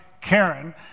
Karen